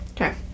Okay